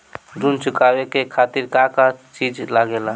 ऋण चुकावे के खातिर का का चिज लागेला?